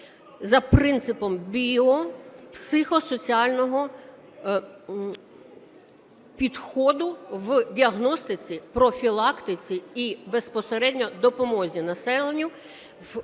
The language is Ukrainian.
за принципом біопсихосоціального підходу в діагностиці, профілактиці і безпосередньо допомозі населенню